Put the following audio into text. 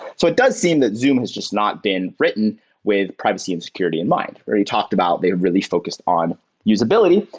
so it does seem that zoom has just not been written with privacy and security in mind. where you talked about, they really focused on usability,